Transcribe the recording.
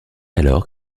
alors